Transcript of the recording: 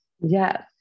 Yes